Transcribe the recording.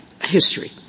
history